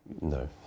No